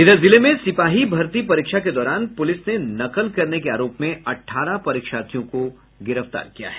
इधर जिले में सिपाही भर्ती परीक्षा के दौरान प्रलिस ने नकल करने के आरोप में अट्ठारह परीक्षार्थियों को गिरफ्तार किया है